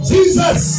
Jesus